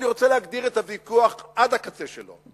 אני רוצה להגדיר את הוויכוח עד הקצה שלו.